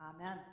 Amen